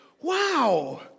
Wow